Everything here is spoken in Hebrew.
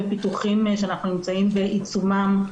בפיתוחים שאנחנו נמצאים בעיצומם,